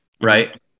right